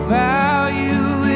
value